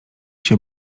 się